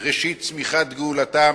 ראשית צמיחת גאולתם,